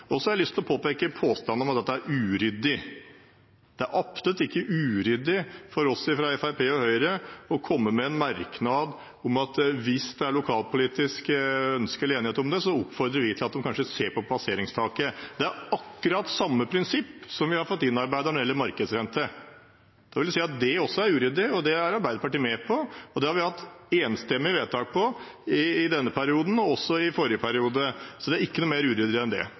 Så til påstanden om at dette er uryddig: Det er absolutt ikke uryddig av oss i Fremskrittspartiet og Høyre å komme med en merknad om at hvis det er lokalpolitisk ønske eller enighet om det, så oppfordrer vi til at de kanskje skal se på passeringstaket. Det er akkurat det samme prinsippet som vi har fått innarbeidet når det gjelder markedsrente. Da vil det si at det også er uryddig, og det er Arbeiderpartiet med på. Det har vi hatt enstemmige vedtak om i denne perioden og i forrige periode. Det er ikke noe mer uryddig enn det.